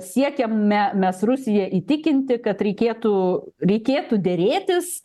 siekiame mes rusiją įtikinti kad reikėtų reikėtų derėtis